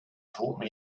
taught